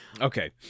Okay